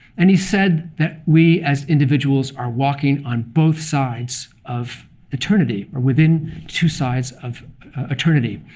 and he said that we, as individuals, are walking on both sides of eternity or within two sides of eternity.